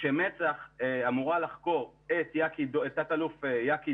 כשמצ"ח אמורה לחקור את תת אלוף יקי